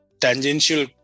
tangential